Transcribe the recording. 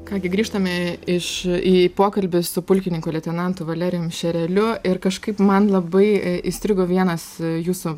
ką gi grįžtame iš į pokalbį su pulkininku leitenantu valerijum šereliu ir kažkaip man labai įstrigo vienas jūsų